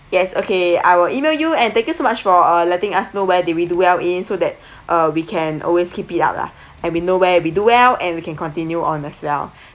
yes okay I will email you and thank you so much for uh letting us know where did we do well in so that uh we can always keep it up lah and we know where we do well and we can continue on as well